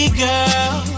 girl